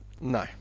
no